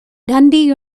dundee